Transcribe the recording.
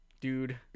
Dude